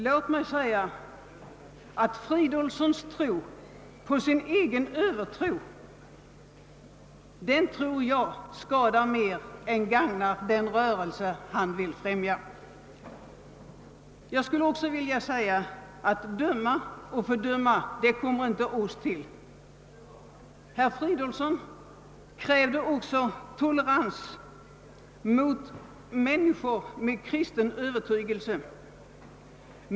Låt mig säga att herr Fridolfssons tro på sin egen övertro mer skadar än gagnar den rörelse han vill främja. Jag skulle också vilja säga att det inte ankommer på oss att döma eller fördöma. Herr Fridolfsson krävde tolerans mot människor med kristen övertygelse.